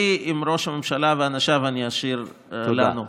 את השיח שלי עם ראש הממשלה ואנשיו אני אשאיר לנו,